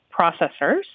processors